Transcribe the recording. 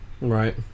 Right